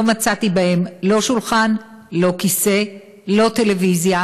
לא מצאתי בהם לא שולחן, לא כיסא, לא טלוויזיה,